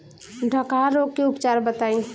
डकहा रोग के उपचार बताई?